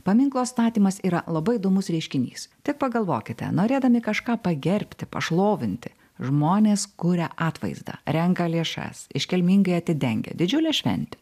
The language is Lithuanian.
paminklo statymas yra labai įdomus reiškinys tik pagalvokite norėdami kažką pagerbti pašlovinti žmonės kuria atvaizdą renka lėšas iškilmingai atidengia didžiulė šventė